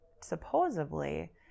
supposedly